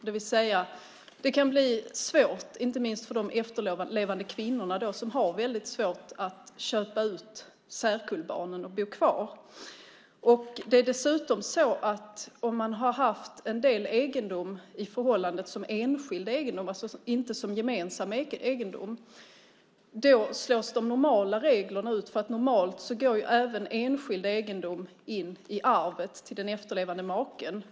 Det kan alltså bli svårt, inte minst för de efterlevande kvinnorna som inte kan köpa ut särkullbarnen, att bo kvar. Om man har haft en del egendom i förhållandet som enskild egendom och inte som gemensam slås dessutom de normala reglerna ut. Normalt går ju även enskild egendom in i arvet till den efterlevande maken.